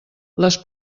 les